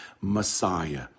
Messiah